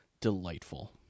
delightful